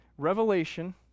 Revelation